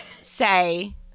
say